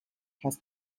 has